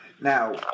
Now